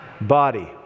Body